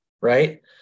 right